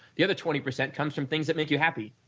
the other twenty percent comes from things that make you happy.